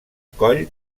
coll